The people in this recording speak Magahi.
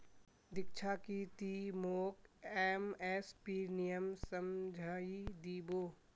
दीक्षा की ती मोक एम.एस.पीर नियम समझइ दी बो